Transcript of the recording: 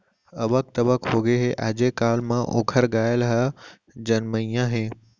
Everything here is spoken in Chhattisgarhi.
अबक तबक होगे हे, आजे काल म ओकर गाय ह जमनइया हे